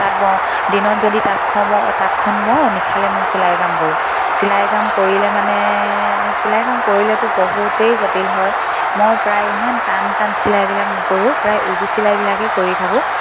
তাঁত বওঁ দিনত যদি তাঁতখন বওঁ নিশালে মই চিলাই কাম কৰোঁ চিলাই কাম কৰিলে মানে চিলাই কাম কৰিলেতো বহুতেই জটিল হয় মই প্ৰায় ইমান টান টান চিলাইবিলাক নকৰোঁ প্ৰায় উজু চিলাইবিলাকেই কৰি থাকোঁ